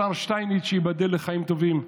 השר שטייניץ, שייבדל לחיים טובים,